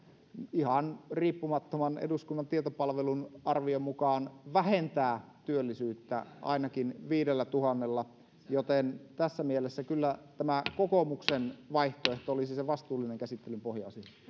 ihan riippumattoman eduskunnan tietopalvelun arvion mukaan vähentää työllisyyttä ainakin viidellätuhannella joten tässä mielessä kyllä tämä kokoomuksen vaihtoehto olisi se vastuullinen käsittelyn pohja